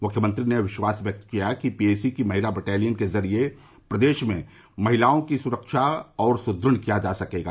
मुख्यमंत्री ने विश्वास व्यक्त किया कि पीएसी की महिला बटालियन के जरिये प्रदेश में महिलाओं की सुरक्षा को और सुदृढ़ किया जा सर्केगा